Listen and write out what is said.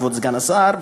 כבוד סגן השר,